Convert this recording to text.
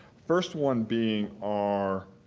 first one being our